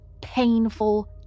painful